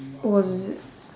oh is